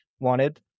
wanted